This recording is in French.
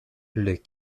les